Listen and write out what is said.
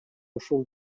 ушул